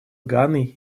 ганой